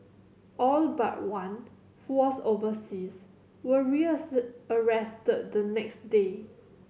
all but one who was overseas were the next day